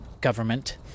government